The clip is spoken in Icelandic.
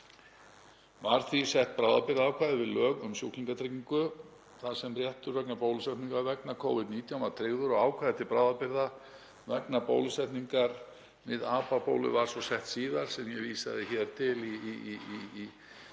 Var því sett bráðabirgðaákvæði við lög um sjúklingatryggingu þar sem réttur vegna bólusetningar vegna Covid-19 var tryggður og ákvæði til bráðabirgða vegna bólusetningar við apabólu var svo sett síðar sem ég vísaði hér til í þeim